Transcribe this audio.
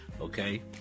okay